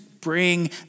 bring